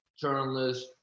journalists